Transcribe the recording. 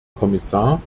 kommissar